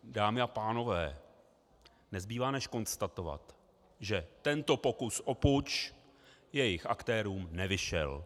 Dámy a pánové, nezbývá než konstatovat, že tento pokus o puč jejich aktérům nevyšel.